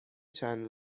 چند